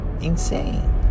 insane